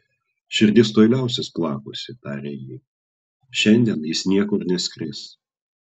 širdis tuoj liausis plakusi tarė ji šiandien jis niekur neskris